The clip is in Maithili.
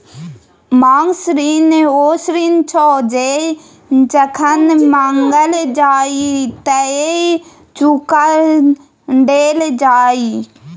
मांग ऋण ओ ऋण छै जे जखन माँगल जाइ तए चुका देल जाय